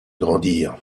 grandir